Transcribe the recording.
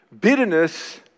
Bitterness